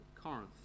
Corinth